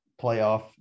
playoff